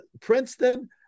Princeton